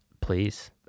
Please